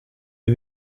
les